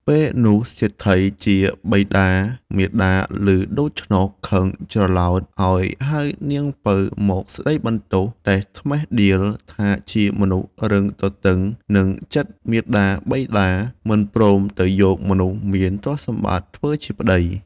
ពេលនោះសេដ្ឋីជាបិតាមាតាឮដូច្នោះខឹងច្រឡោតឲ្យហៅនាងពៅមកស្ដីបន្ទោស ត្មះតិះដៀលថាជាមនុស្សរឹងត្អឹងទទឹងនឹងចិត្តមាតាបិតា មិនព្រមទៅយកមនុស្សមានទ្រព្យសម្បត្តិធ្វើជាប្ដី។